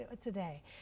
today